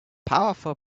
powerful